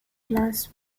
class